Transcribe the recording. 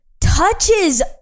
Touches